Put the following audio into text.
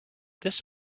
this